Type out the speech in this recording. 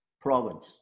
province